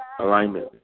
alignment